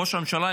ראש הממשלה,